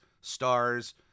stars